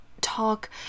talk